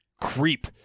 creep